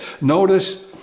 Notice